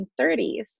1930s